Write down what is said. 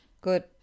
Good